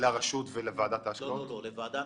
לרשות ולוועדת ההשקעות?